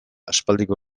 aspaldiko